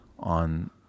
on